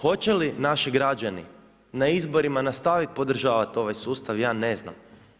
Hoće li naši građani na izborima nastaviti podržavati ovaj sustav, ja ne znam.